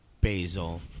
basil